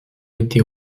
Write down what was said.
été